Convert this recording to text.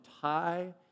tie